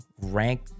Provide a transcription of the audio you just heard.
rank